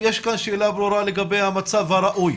יש כאן שאלה ברורה לגבי המצב הראוי.